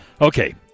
Okay